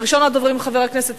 ראשונה ותועבר לוועדת העבודה,